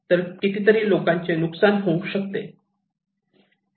तर किती तरी लोकांचे नुकसान होऊ शकते